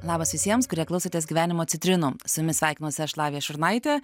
labas visiems kurie klausotės gyvenimo citrinų su jumis sveikinuosi aš lavija šurnaitė